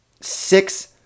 six